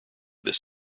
this